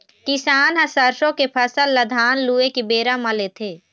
किसान ह सरसों के फसल ल धान लूए के बेरा म लेथे